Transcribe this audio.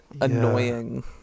annoying